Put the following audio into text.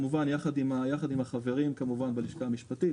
יחד עם החברים בלשכה המשפטית,